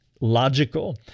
Logical